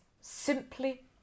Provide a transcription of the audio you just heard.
simply